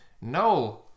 no